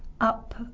up